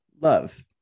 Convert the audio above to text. Love